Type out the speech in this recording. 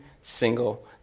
single